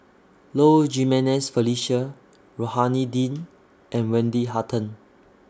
Low Jimenez Felicia Rohani Din and Wendy Hutton